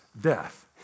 death